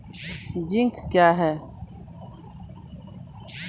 Zinc क्या हैं?